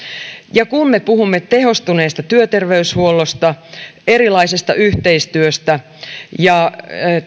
ja kun me puhumme tehostuneesta työterveyshuollosta erilaisesta yhteistyöstä ja